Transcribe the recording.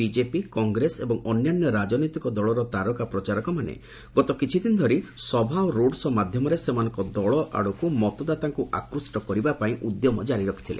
BJP Congress ଏବଂ ଅନ୍ୟାନ୍ୟ ରାଜନୈତିକ ଦଳର ତାରକା ପ୍ରଚାରକମାନେ ଗତ କିଛିଦିନ ଧରି ସଭା ଓ ରୋଡ୍ ଶୋ' ମାଧ୍ୟମରେ ସେମାନଙ୍କ ଦଳ ଆଡ଼କୁ ମତଦାତାଙ୍କୁ ଆକୃଷ୍ଟ କରିବା ପାଇଁ ଉଦ୍ୟମ ଜାରି ରଖିଥିଲେ